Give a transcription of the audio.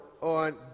on